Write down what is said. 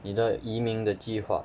你的移民的计划